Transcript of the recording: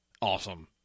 Awesome